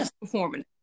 performing